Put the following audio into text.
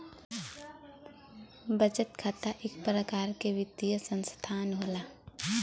बचत खाता इक परकार के वित्तीय सनसथान होला